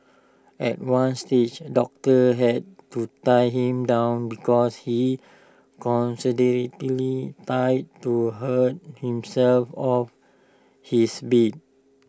at one stage doctors had to tie him down because he constantly tied to hurl himself off his bid